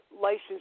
license